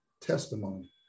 testimony